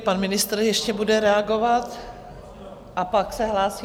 Pan ministr ještě bude reagovat a pak se hlásí...